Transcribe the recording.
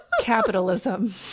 capitalism